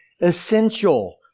essential